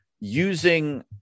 using